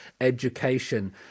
education